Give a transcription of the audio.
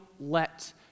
let